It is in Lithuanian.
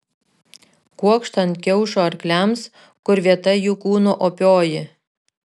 kuokštą ant kiaušo arkliams kur vieta jų kūno opioji